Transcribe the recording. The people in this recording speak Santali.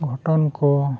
ᱜᱷᱚᱴᱚᱱ ᱠᱚ